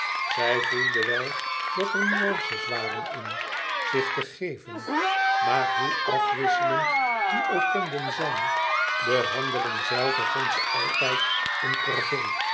zij voelde wel dat er nuances waren in zich te geven maar hoe afwisselend die ook konden zijn de handeling zelve vond zij altijd een corvée